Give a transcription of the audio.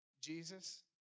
Jesus